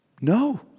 No